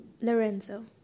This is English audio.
Lorenzo